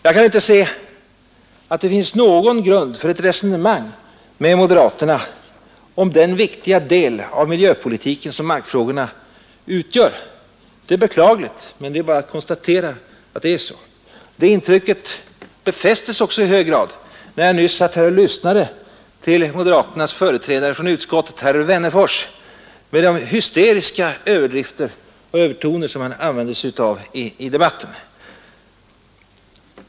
Jag kan inte se att det finns någon grund för ett resonemang med moderaterna om den viktiga del av miljöpolitiken som markfrågorna utgör. Det är beklagligt. Men det är bara att konstatera att det är så. Det intrycket befästes också i hög grad, när jag nyss lyssnade till moderaternas företrädare i utskottet, herr Wennerfors, med de hysteriska överdrifter och övertoner han använde sig av i debatten.